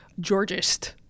Georgist